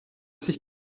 sich